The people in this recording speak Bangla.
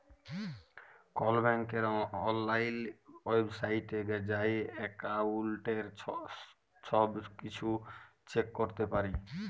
কল ব্যাংকের অললাইল ওয়েবসাইটে যাঁয়ে এক্কাউল্টের ছব কিছু চ্যাক ক্যরতে পারি